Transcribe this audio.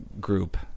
group